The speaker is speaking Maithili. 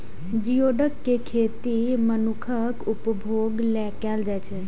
जिओडक के खेती मनुक्खक उपभोग लेल कैल जाइ छै